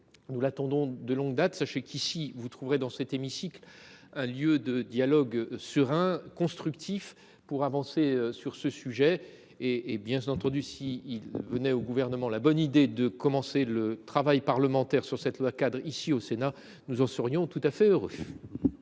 Nous l'attendons de longue date. Sachez qu'ici, vous trouverez dans cet hémicycle un lieu de dialogue serein, constructif, pour avancer sur ce sujet. Et bien entendu, s'il venait au gouvernement la bonne idée de commencer le travail parlementaire sur cette loi cadre ici au Sénat, nous en serions tout à fait heureux.